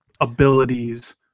abilities